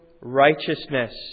righteousness